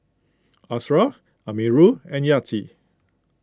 Ashraff Amirul and Yati